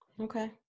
okay